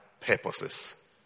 purposes